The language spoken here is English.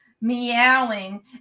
meowing